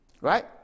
Right